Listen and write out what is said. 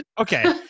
Okay